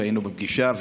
היינו בפגישה,